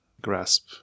grasp